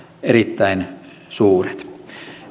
erittäin suuret